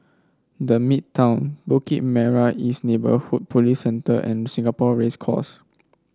The Midtown Bukit Merah East Neighbourhood Police Centre and Singapore Race Course